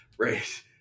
Right